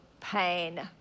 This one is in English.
pain